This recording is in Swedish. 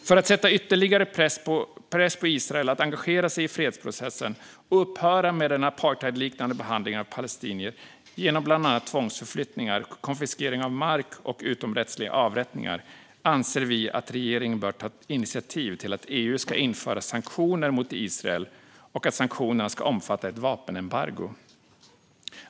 För att sätta ytterligare press på Israel att engagera sig i fredsprocessen och upphöra med den apartheidliknande behandlingen av palestinier genom bland annat tvångsförflyttningar, konfiskering av mark och utomrättsliga avrättningar anser vi att regeringen bör ta initiativ till att EU ska införa sanktioner mot Israel och att sanktionerna ska omfatta ett vapenembargo.